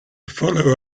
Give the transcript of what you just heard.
follow